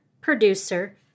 producer